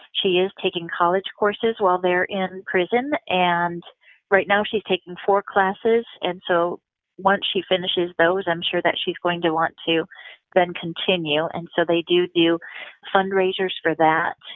she is taking college courses while there in prison, and right now she's taking four classes, and so once she finishes those i'm sure that she's going to want to then continue. and so they do do fundraisers for that.